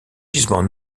gisement